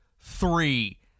three